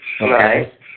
okay